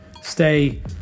Stay